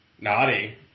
Naughty